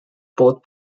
both